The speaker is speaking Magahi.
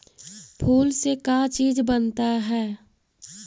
फूल से का चीज बनता है?